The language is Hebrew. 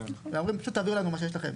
אלא אומרים פשוט תעבירו לנו מה שיש לכם,